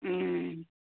ꯎꯝ